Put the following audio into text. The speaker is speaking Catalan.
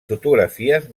fotografies